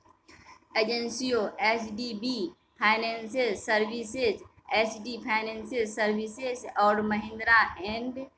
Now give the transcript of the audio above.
एजेंसियों H D B finances services H D finances services और Mahindra and